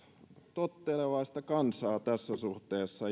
tottelevaista kansaa tässä suhteessa